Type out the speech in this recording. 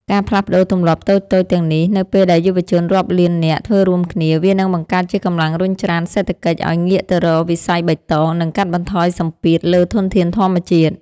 ការផ្លាស់ប្តូរទម្លាប់តូចៗទាំងនេះ នៅពេលដែលយុវជនរាប់លាននាក់ធ្វើរួមគ្នា វានឹងបង្កើតជាកម្លាំងរុញច្រានសេដ្ឋកិច្ចឱ្យងាកទៅរកវិស័យបៃតង និងកាត់បន្ថយសម្ពាធលើធនធានធម្មជាតិ។